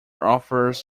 offers